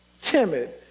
timid